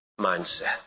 mindset